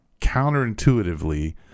counterintuitively